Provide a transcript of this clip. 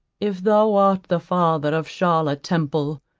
if thou art the father of charlotte temple,